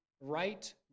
right